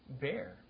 bear